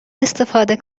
استفاده